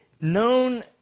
known